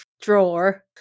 drawer